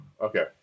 Okay